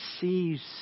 sees